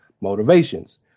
motivations